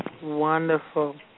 Wonderful